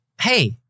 hey